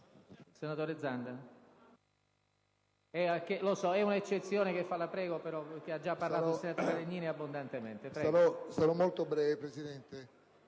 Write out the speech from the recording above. senatore Zanda,